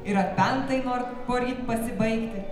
ir atpentai nor poryt pasibaigti